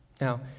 Now